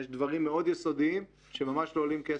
יש דברים מאוד יסודיים שממש לא עולים כסף.